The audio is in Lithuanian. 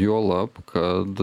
juolab kad